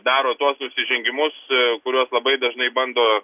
daro tuos nusižengimus kuriuos labai dažnai bando